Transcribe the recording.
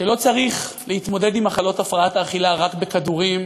שלא צריך להתמודד עם מחלות הפרעות אכילה רק בכדורים,